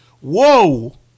Whoa